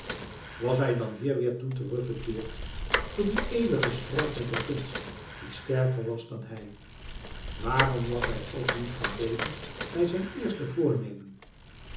metamorfoze hij dan hier weêr toe teruggekeerd tot dien eeuwigen strijd met de kunst die sterker was dan hij waarom was hij ook niet gebleven bij zijn eerste voornemen